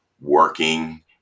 working